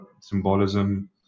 symbolism